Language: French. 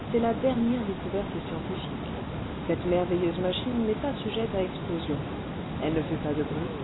c'est la dernière découverte scientifique cette merveilleuse machine n'est pas sujette à explosion elle ne fait pas de bruit